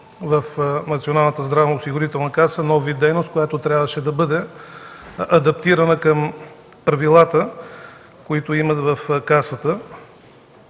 в Националната здравноосигурителна каса – нов вид дейност, която трябваше да бъде адаптирана към правилата, които има в Касата.